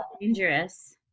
dangerous